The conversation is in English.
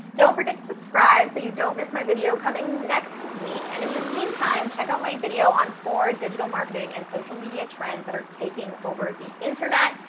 don't forget subscribe so you don't miss my video coming next week and in the meantime, check out my video on four digital marketing and social media trends that are taking over the internet.